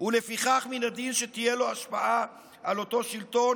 ולפיכך מן הדין שתהיה לו השפעה על אותו שלטון.